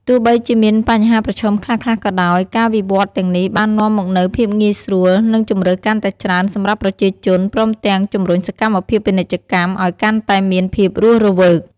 ទោះបីជាមានបញ្ហាប្រឈមខ្លះៗក៏ដោយ ការវិវត្តន៍ទាំងនេះបាននាំមកនូវភាពងាយស្រួល និងជម្រើសកាន់តែច្រើនសម្រាប់ប្រជាជន ព្រមទាំងជំរុញសកម្មភាពពាណិជ្ជកម្មឲ្យកាន់តែមានភាពរស់រវើក។